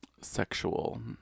Sexual